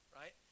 right